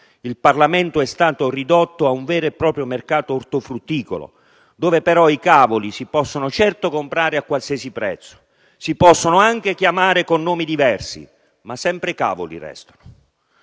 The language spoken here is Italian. Il Parlamento è stato ridotto ad un vero e proprio mercato ortofrutticolo, dove i cavoli si possono, certo, comprare a qualsiasi prezzo, si possono anche chiamare con nomi diversi, ma sempre cavoli restano.